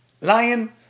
lion